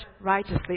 righteously